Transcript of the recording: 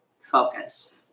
focus